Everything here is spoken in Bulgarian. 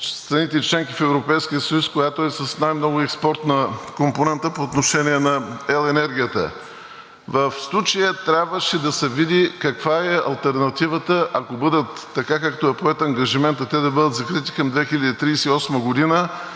страните – членки в Европейския съюз, която е с най-много експортна компонента по отношение на ел. енергията. В случая трябваше да се види каква е алтернативата, ако така, както е поет ангажиментът, те да бъдат закрити към 2038 г.,